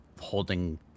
holding